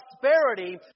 prosperity